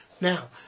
Now